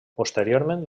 posteriorment